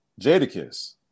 Jadakiss